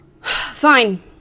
Fine